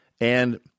and-